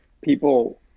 people